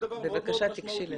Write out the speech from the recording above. זה דבר מאוד מאוד משמעותי.